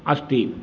अस्ति